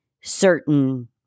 certain